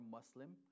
Muslim